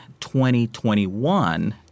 2021